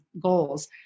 goals